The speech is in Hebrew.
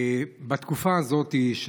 בתקופה הזאת של